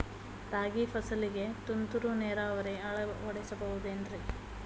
ರಾಗಿ ಫಸಲಿಗೆ ತುಂತುರು ನೇರಾವರಿ ಅಳವಡಿಸಬಹುದೇನ್ರಿ?